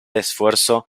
esfuerzo